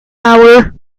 our